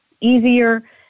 easier